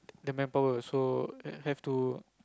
the manpower so have to